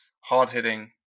hard-hitting